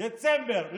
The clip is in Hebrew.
דצמבר?